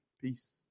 Peace